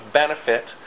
benefit